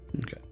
Okay